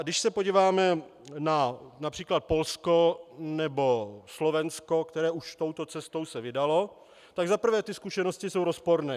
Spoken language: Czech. Když se podíváme například na Polsko nebo Slovensko, které se už touto cestou vydalo, tak za prvé zkušenosti jsou rozporné.